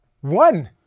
One